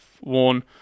worn